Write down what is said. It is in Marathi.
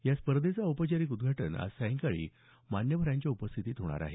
या स्पर्धेचं औपचारीक उद्घाटन आज सायंकाळी मान्यवरांच्या उपस्थित होणार आहे